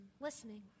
listening